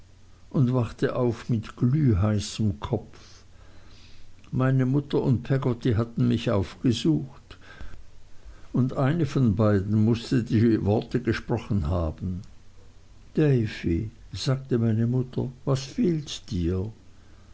und wachte auf mit glühheißem kopf meine mutter und peggotty hatten mich aufgesucht und eine von beiden mußte die worte gesprochen haben davy sagte meine mutter was fehlt dir